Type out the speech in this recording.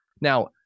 Now